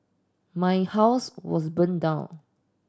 my house was burned down